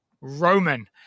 Roman